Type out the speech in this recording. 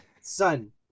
Son